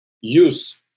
use